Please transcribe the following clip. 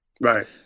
right